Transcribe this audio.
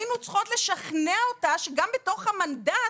היינו צריכות לשכנע אותה, שגם בתוך המנדט